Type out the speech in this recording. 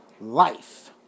life